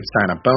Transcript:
sign-up